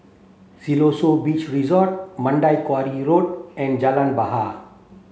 Siloso Beach Resort Mandai Quarry Road and Jalan Bahar